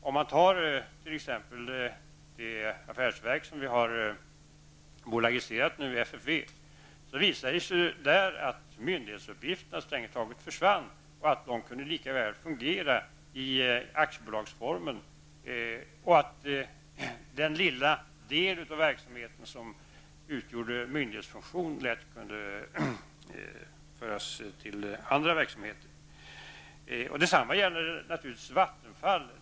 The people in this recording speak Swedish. Vad gäller det affärsverk som vi nu har bolagiserat, FFV, visade det sig ju att myndighetsuppgifterna strängt taget försvann och att de lika väl kunde lösas i aktiebolagsformen och att den lilla del av verksamheten som utgjordes av myndighetsfunktion lätt kunde föras över till andra verksamheter. Detsamma gäller naturligtvis Vattenfall.